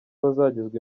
bazagezwa